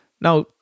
Now